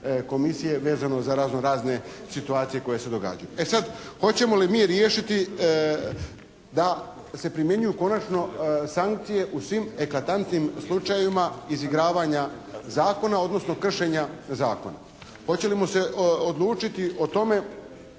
komisije vezano za razno-razne situacije koje se događaju. E sada hoćemo li mi riješiti da se primjenjuju konačno sankcije u svim eklatantnim slučajevima izigravanja zakona, odnosno kršenja zakona? Hoćemo li se odlučiti o tome